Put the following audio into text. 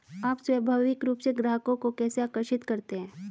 आप स्वाभाविक रूप से ग्राहकों को कैसे आकर्षित करते हैं?